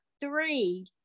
three